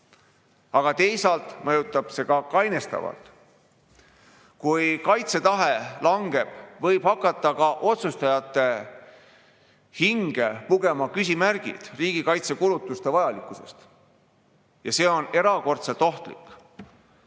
Aga teisalt mõjub see ka kainestavalt. Kui kaitsetahe langeb, võivad otsustajate hinge hakata pugema küsimärgid riigi kaitsekulutuste vajalikkusest. See on erakordselt ohtlik.